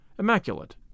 immaculate